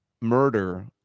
murder